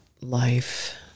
life